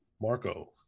Marco